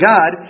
God